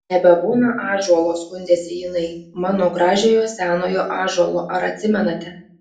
nebebūna ąžuolo skundėsi jinai mano gražiojo senojo ąžuolo ar atsimenate